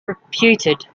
reputed